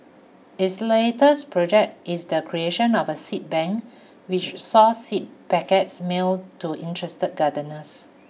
its latest project is the creation of a seed bank which saw seed packets mailed to interested gardeners